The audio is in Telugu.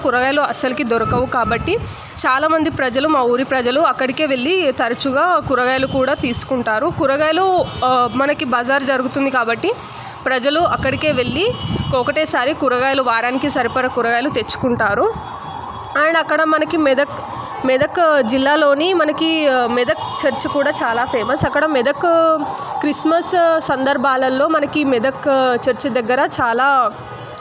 కూరగాయలు అసలుకి దొరకవు కాబట్టి చాలా మంది ప్రజలు మా ఊరి ప్రజలు అక్కడికే వెళ్ళి తరచుగా కూరగాయలు కూడా తీసుకుంటారు కూరగాయలు మనకి బజారు జరుగుతుంది కాబట్టి ప్రజలు అక్కడికే వెళ్ళి ఒకటేసారి కూరగాయలు వారానికి సరిపడా కూరగాయలు తెచ్చుకుంటారు అండ్ అక్కడ మనకి మెదక్ మెదక్ జిల్లాలోని మనకి మెదక్ చర్చి కూడా చాలా ఫేమస్ అక్కడ మెదక్ క్రిస్మస్ సందర్భాలలో మనకి మెదక్ చర్చి దగ్గర చాలా